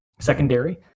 secondary